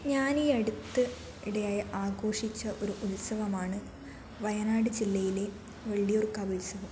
ഞാൻ ഈ അടുത്തിടെ ആഘോഷിച്ച ഒരു ഉത്സവമാണ് വയനാട് ജില്ലയിലെ വള്ളിയൂർക്കാവുത്സവം